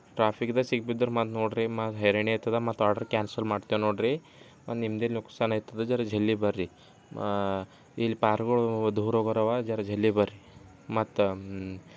ಟ್ರಾಫಿಕ್ದಾಗ ಸಿಕ್ಕಿ ಬಿದ್ದರೆ ಮಾತ್ರ ನೋಡಿರಿ ಮತ್ತು ಹೈರಾಣಿ ಆಗ್ತದ ಮತ್ತು ಆರ್ಡರ್ ಕ್ಯಾನ್ಸಲ್ ಮಾಡ್ತೇವೆ ನೋಡಿರಿ ಮತ್ತು ನಿಮ್ಮದೇ ನುಕ್ಸಾನ್ ಆಯ್ತದೆ ಜರಾ ಜಲ್ದಿ ಬನ್ರಿ ಇಲ್ಲಿ ಪಾರ್ಗಳು ದೂರ ಹೋಗೋರವ ಜರಾ ಜಲ್ದಿ ಬನ್ರಿ ಮತ್ತು